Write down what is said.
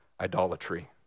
idolatry